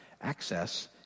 access